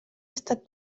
estat